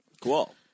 Cool